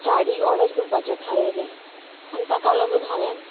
sari order करपाचें थारायलें आनी ताका लागून हांवेन